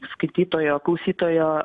skaitytojo klausytojo